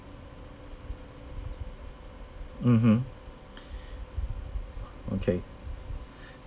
mmhmm okay